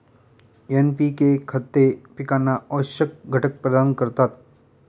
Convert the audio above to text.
NPK खते पिकांना आवश्यक घटक प्रदान करतात